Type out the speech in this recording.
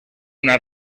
una